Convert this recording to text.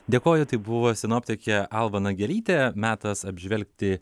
dėkoju tai buvo sinoptikė alma nagelytė metas apžvelgti